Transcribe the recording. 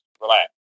relax